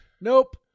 Nope